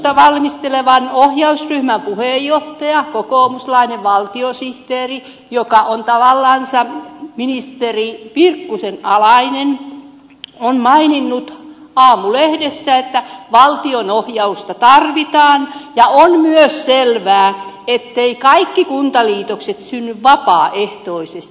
kuntauudistusta valmistelevan ohjausryhmän puheenjohtaja kokoomuslainen valtiosihteeri joka on tavallansa ministeri virkkusen alainen on maininnut aamulehdessä että valtionohjausta tarvitaan ja on myös selvää etteivät kaikki kuntaliitokset synny vapaaehtoisesti